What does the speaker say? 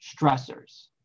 stressors